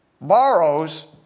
borrows